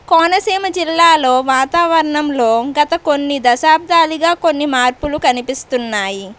కోనసీమ జిల్లాలో వాతావరణంలో గత కొన్ని దశాబ్దాలుగా కొన్ని మార్పులు కనిపిస్తున్నాయి